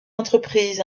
entreprise